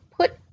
put